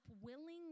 willingly